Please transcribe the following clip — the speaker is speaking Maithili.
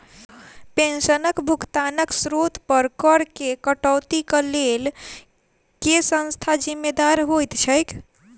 पेंशनक भुगतानक स्त्रोत पर करऽ केँ कटौतीक लेल केँ संस्था जिम्मेदार होइत छैक?